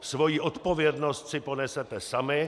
Svoji odpovědnost si ponesete sami.